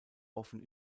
offen